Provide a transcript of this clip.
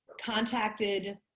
contacted